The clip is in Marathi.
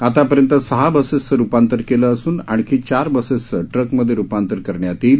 आतापर्यंत सहा बसेसचं रुपांतर केलं असून आणखी चार बसेसचं ट्रकमधे रुपांतर करण्यात येईल